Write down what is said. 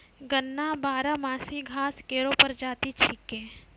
गन्ना बारहमासी घास केरो प्रजाति छिकै